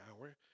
hour